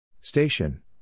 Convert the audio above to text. Station